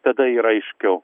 tada yra aiškiau